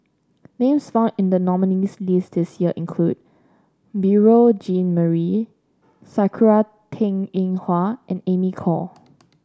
names found in the nominees' list this year include Beurel Jean Marie Sakura Teng Ying Hua and Amy Khor